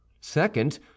second